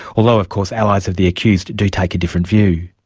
although of course allies of the accused do take a different view.